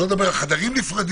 שלא נדבר על חדרים נפרדים,